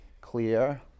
clear